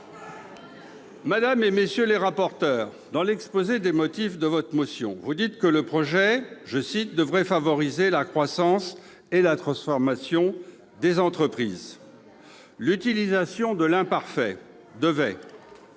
Madame, messieurs les rapporteurs, dans l'exposé des motifs de votre motion, vous expliquez que le projet de loi « devait favoriser la croissance et la transformation des entreprises ». L'utilisation de l'imparfait traduit